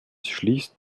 schließt